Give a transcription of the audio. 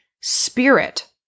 spirit